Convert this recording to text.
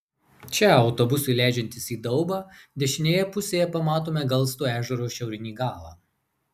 čia autobusui leidžiantis į daubą dešinėje pusėje pamatome galsto ežero šiaurinį galą